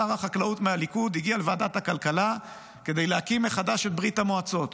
שר החקלאות מהליכוד הגיע לוועדת הכלכלה כדי להקים מחדש את ברית המועצות,